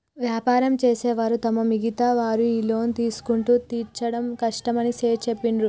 వ్యాపారం చేసే వారు తప్ప మిగతా వారు ఈ లోన్ తీసుకుంటే తీర్చడం కష్టమని సేట్ చెప్పిండు